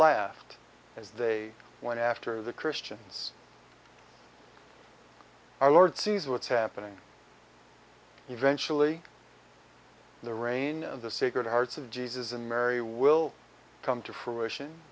laughed as they went after the christians our lord sees what's happening eventually the reign of the sacred hearts of jesus and mary will come to fruition